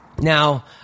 Now